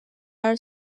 are